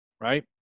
right